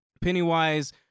Pennywise